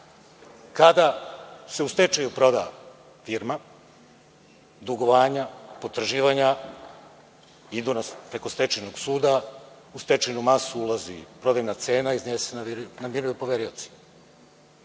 Kada se u stečaju proda firma, dugovanja, potraživanja idu preko stečajnog suda, u stečajnu masu ulazi prodajna cena, iz nje se namiruju poverioci.